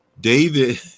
david